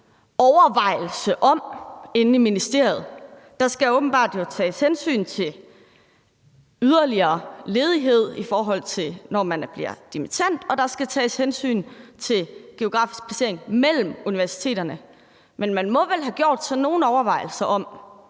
overvejelse om inde i ministeriet. Der skal jo åbenbart tages hensyn til en yderligere ledighed efter dimission, og der skal tages hensyn til geografisk placering mellem universiteterne. Men man må vel have gjort sig nogle overvejelser,